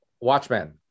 Watchmen